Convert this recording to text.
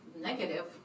negative